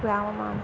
ഗ്രാമമാണ്